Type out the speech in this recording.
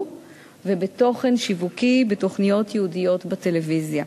ובתוכן שיווקי בתוכניות ייעודיות בטלוויזיה.